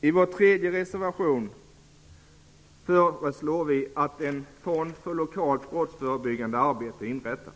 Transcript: I vår tredje reservation föreslår vi att en fond för lokalt brottsförebyggande arbete inrättas.